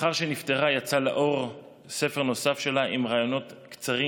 לאחר שהיא נפטרה יצא לאור ספר נוסף שלה עם ראיונות קצרים